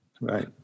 Right